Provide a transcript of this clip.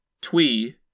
twee